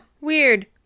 Weird